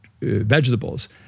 vegetables